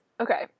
Okay